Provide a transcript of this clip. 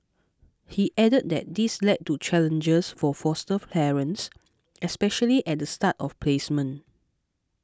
he added that this led to challenges for foster parents especially at the start of placement